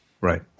Right